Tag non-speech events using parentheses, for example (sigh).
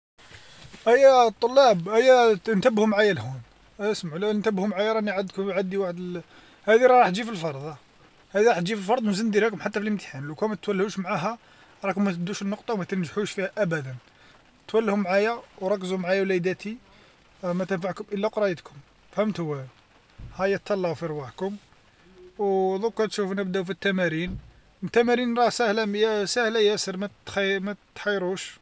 ايا الطلاب أيا تنتبهوا معايا لهون أسمعوا أنتبهوا معايا راني عند- عندي واحد (hesitation) هذي راح تجي في الفرض آه، هذي راح تجي فالفرض وزيد نديرها لكم حتى في الامتحان، لوكان ما تولهوش معاها راكم ما تدوش النقطة وما تنجحوش فيها أبدا، تولهو معايا وركزوا معايا وليداتي راه ما تنفعكم إلا قرايتكم فهمتوا؟ ها تهلاو في رواحكم أو (hesitation) دروكا تشوفو نبداو في التمارين، التمارين راه ساهلة مي- ساهلة ياسر ماتخ- ما تحيروش.